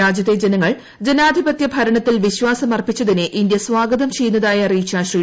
രാജ്യത്തെ ജനങ്ങൾ ജനാധിപത്യ ഭരണത്തിൽ വിശ്വാസം അർപ്പിച്ചതിനെ ഇന്ത്യ സ്വാഗതം ചെയ്യുന്നതായി അറിയിച്ച ശ്രീ